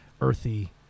earthy